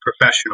professional